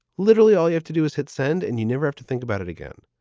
literally all you have to do is hit send. and you never have to think about it again.